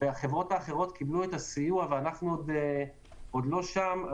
והחברות האחרות קיבלו את הסיוע ואנחנו עוד לא שם-